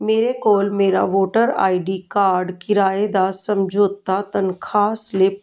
ਮੇਰੇ ਕੋਲ ਮੇਰਾ ਵੋਟਰ ਆਈਡੀ ਕਾਰਡ ਕਿਰਾਏ ਦਾ ਸਮਝੋਤਾ ਤਨਖਾਹ ਸਲਿੱਪ